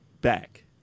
back